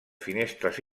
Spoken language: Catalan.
finestres